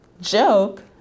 joke